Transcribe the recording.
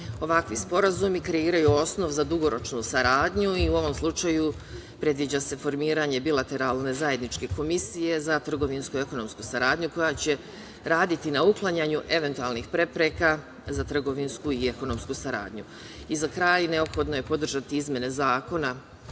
sporazumi kreiraju osnov za dugoročnu saradnju. U ovom slučaju predviđa se formiranje bilateralne zajedničke komisije za trgovinsku i ekonomsku saradnju koja će raditi na uklanjanju eventualnih prepreka za trgovinsku i ekonomsku saradnju.Za kraj, neophodno je podržati izmene Zakona